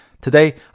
Today